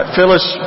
Phyllis